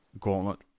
gauntlet